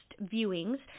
viewings